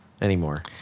anymore